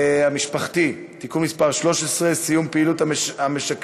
המשפחתי (תיקון מס' 13) (סיום פעילות המשקמים